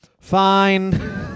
fine